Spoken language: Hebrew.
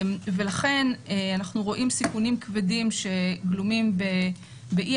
ולכן אנחנו רואים סיכונים כבדים שגלומים באי